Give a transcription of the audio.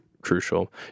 crucial